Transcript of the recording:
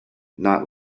not